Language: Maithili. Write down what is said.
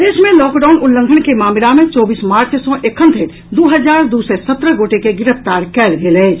प्रदेश मे लॉकडाउन उल्लंघन के मामिला मे चौबीस मार्च सँ एखन धरि दू हजार दू सय सत्रह गोटे के गिरफ्तार कयल गेल अछि